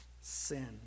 sin